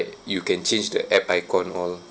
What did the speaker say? you can change the app icon all